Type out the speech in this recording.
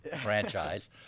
franchise